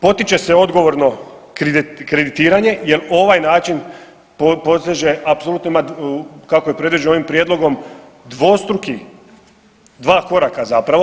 Potiče se odgovorno kreditiranje jer ovaj način poteže, apsolutno ima kako je predviđeno ovim prijedlogom dvostruki dva koraka zapravo.